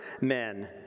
men